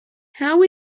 how